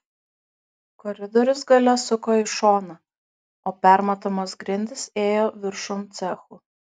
koridorius gale suko į šoną o permatomos grindys ėjo viršum cechų